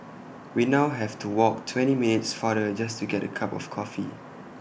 we now have to walk twenty minutes farther just to get A cup of coffee